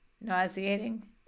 nauseating